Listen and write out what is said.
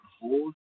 hold